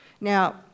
Now